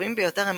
החשובים ביותר הם